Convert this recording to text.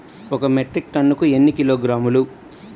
ఒక మెట్రిక్ టన్నుకు ఎన్ని కిలోగ్రాములు?